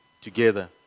together